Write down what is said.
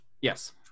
Yes